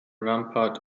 rampart